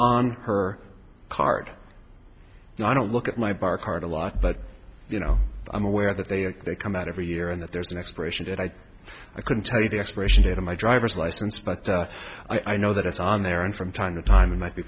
on her card i don't look at my bar card a lot but you know i'm aware that they come out every year and that there's an expiration date i i couldn't tell you the expiration date on my driver's license but i know that it's on there and from time to time it might be